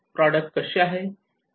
product कसे आहे